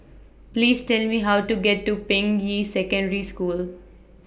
Please Tell Me How to get to Ping Yi Secondary School